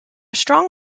strong